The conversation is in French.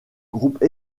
groupe